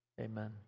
amen